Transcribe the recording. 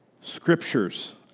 Scriptures